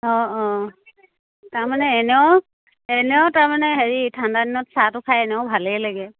অঁ অঁ তাৰমানে এনেও এনেও তাৰমানে হেৰি ঠাণ্ডা দিনত চাহটো খাই এনেও ভালেই লাগে